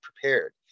prepared